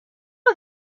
are